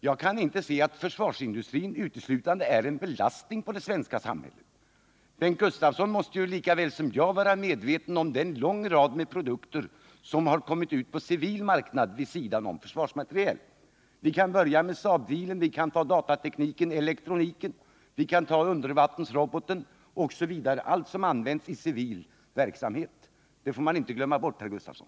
Jag kan inte se att försvarsindustrin uteslutande är en belastning för det svenska samhället. Bengt Gustavsson måste lika väl som jag vara medveten om att en lång rad produkter har kommit ut på marknaden vid sidan av försvarsmateriel. Som exempel kan jag nämna Saab-bilen, datatekniken, elektronisk apparatur m.m. som används i civil verksamhet. Det får man inte glömma bort, herr Gustavsson.